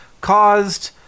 caused